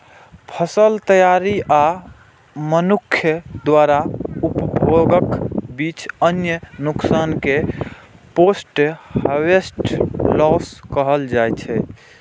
फसल तैयारी आ मनुक्ख द्वारा उपभोगक बीच अन्न नुकसान कें पोस्ट हार्वेस्ट लॉस कहल जाइ छै